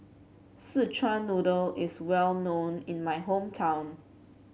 Szechuan Noodle is well known in my hometown